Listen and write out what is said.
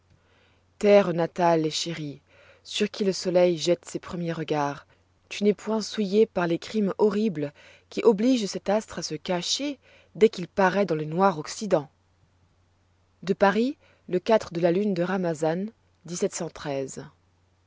terre natale et chérie sur qui le soleil jette ses premiers regards tu n'es point souillée par les crimes horribles qui obligent cet astre à se cacher dès qu'il paroît dans le noir occident à paris le de la lune de rhamazan